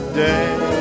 day